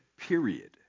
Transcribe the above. Period